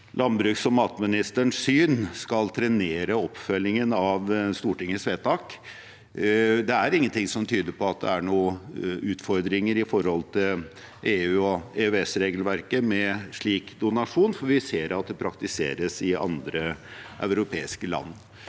landbruks- og matministerens syn skal trenere oppfølgingen av Stor tingets vedtak. Det er ingenting som tyder på at det er noen utfordringer med slik donasjon i forhold til EU- og EØS-regelverket, for vi ser at det praktiseres i andre europeiske land,